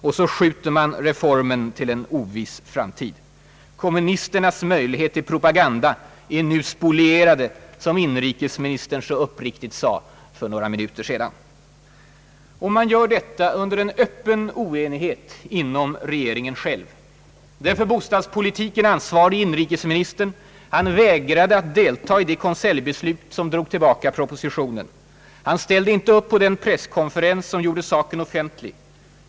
Och så skjuter man reformen till en oviss framtid. Kommunisternas möjligheter till propaganda är nu »spolierade», som inrikesministern så uppriktigt sade för några minuter sedan. Och man fattar sitt beslut under öppen oenighet inom regeringen själv. Den för bostadspolitiken ansvarige, inrikesministern, vägrade att delta i konseljbeslutet om att dra tillbaka propositionen. Han ställde inte upp på den presskonferens som gjorde saken offentlig.